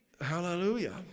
Hallelujah